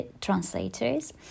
translators